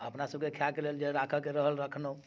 अपना सबके खाइके लेल जे राखऽके लेल रहल रखलहुँ